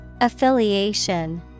Affiliation